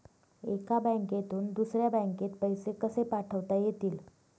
एका बँकेतून दुसऱ्या बँकेत पैसे कसे पाठवता येतील?